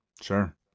Sure